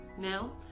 Now